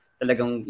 talagang